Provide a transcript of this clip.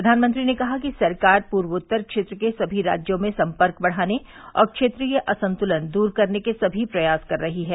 प्रधानमंत्री ने कहा कि सरकार पूर्वोत्तर क्षेत्र के समी राज्यों में संपर्क बढ़ाने और क्षेत्रीय असंतुलन दूर करने के सभी प्रयास कर रही है